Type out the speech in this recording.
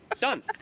Done